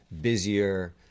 busier